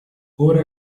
ora